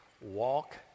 walk